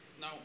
Now